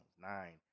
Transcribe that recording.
nine